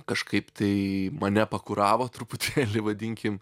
kažkaip tai mane pakuravo truputėlį vadinkim